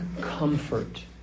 comfort